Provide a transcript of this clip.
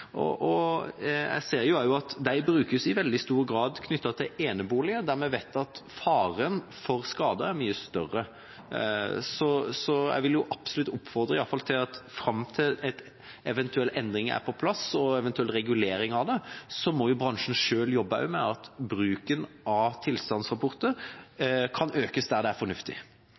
veldig stor grad knyttet til eneboliger, der vi vet at faren for skade er mye større, så jeg vil absolutt oppfordre til at også bransjen selv – iallfall fram til eventuelle endringer er på plass og eventuell regulering av det – må jobbe med at bruken av tilstandsrapporter